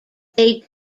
they